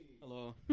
Hello